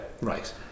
right